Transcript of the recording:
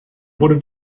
wurde